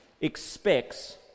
expects